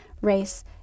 race